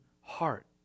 heart